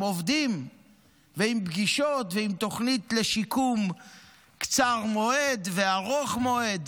עם עובדים ועם פגישות ועם תוכנית לשיקום קצר מועד וארוך מועד.